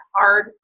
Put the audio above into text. hard